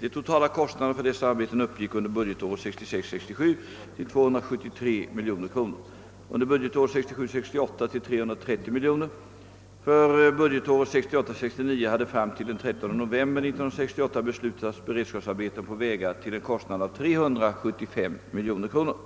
De totala kostnaderna för dessa arbeten uppgick under budgetåret 1966 68 till 330 miljoner kronor. För budgetåret 1968/69 hade fram till den 13 november 1968 beslutats beredskapsarbeten på vägar till en kostnad av 375 miljoner kronor.